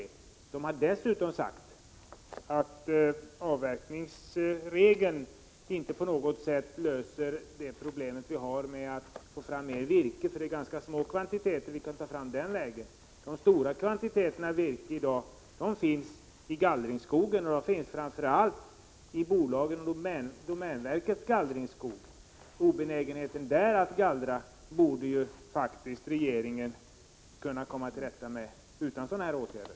Skogsvårdsstyrelsen har dessutom sagt att avverkningsregeln inte på något 149 sätt löser det problem vi har med att få fram mer virke, för det är ganska små kvantiteter man kan ta fram den här vägen. De stora kvantiteterna virke finns i dag i gallringsskogen och framför allt i domänverkets gallringsskog. Obenägenheten där att gallra borde faktiskt regeringen kunna komma till rätta med utan sådana här åtgärder.